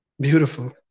Beautiful